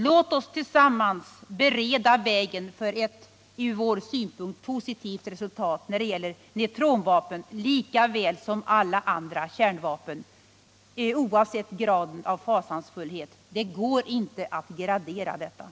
Låt oss tillsammans bereda vägen för en från vår synpunkt positiv resolution när det gäller såväl neutronvapen som alla andra kärnvapen oavsett grad av fasansfullhet — det går inte att gradera sådant.